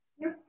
Yes